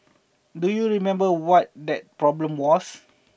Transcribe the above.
do you remember what that problem was